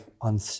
on